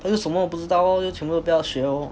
他就什么都不知道咯就全部就不要学咯